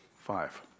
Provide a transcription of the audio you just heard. Five